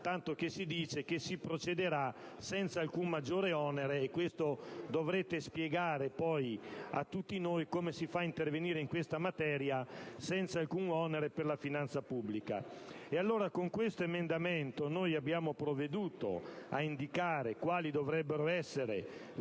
tanto che si afferma che si procederà senza alcun maggiore onere. Poi dovrete spiegare a tutti come si fa intervenire in questa materia senza alcun onere per la finanza pubblica! Con l'emendamento 4.200 abbiamo provveduto ad indicare quali dovrebbero essere